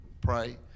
pray